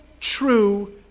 true